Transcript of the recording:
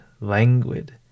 languid